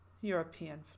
European